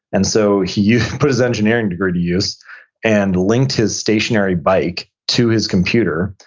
and so he put his engineering degree to use and linked his stationary bike to his computer,